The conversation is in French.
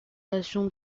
relation